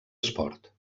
esport